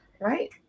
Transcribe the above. right